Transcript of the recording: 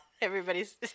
Everybody's